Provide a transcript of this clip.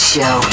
Show